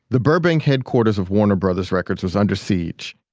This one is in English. the burbank headquarters of warner brothers records was under siege.